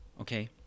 okay